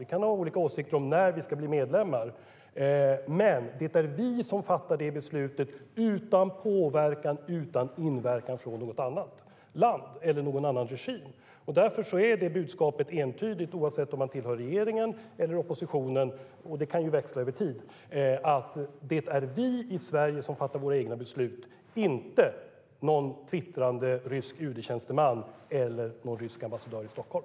Vi kan ha olika åsikter om när vi ska bli medlemmar, men det är vi som fattar det beslutet utan påverkan och inverkan från något annat land eller någon annan regim. Därför är det budskapet entydigt, oavsett om man tillhör regeringen eller oppositionen - det kan ju växla över tid - att det är vi i Sverige som fattar våra egna beslut, inte någon twittrande rysk UD-tjänsteman eller någon rysk ambassadör i Stockholm.